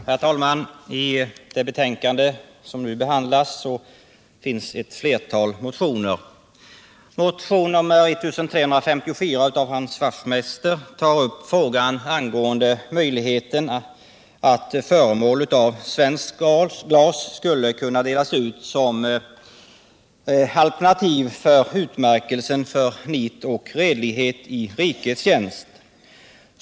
Herr talman! I förevarande betänkande behandlas ett flertal motioner. Motion 1354 av Hans Wachtmeister tar upp möjligheterna att dela ut föremål av svenskt glas som alternativ till utmärkelsen för nit och redlighet i rikets tjänst.